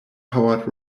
powered